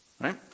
right